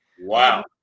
Wow